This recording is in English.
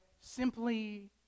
simply